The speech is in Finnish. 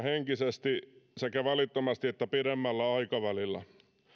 henkisesti sekä välittömästi että pidemmällä aikavälillä